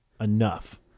enough